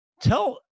tell